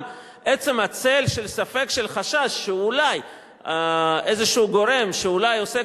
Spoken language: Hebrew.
עצם הצל של ספק של חשש שאולי איזה גורם שאולי עוסק